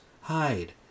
hide